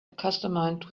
accustomed